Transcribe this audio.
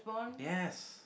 yes